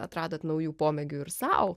atradot naujų pomėgių ir sau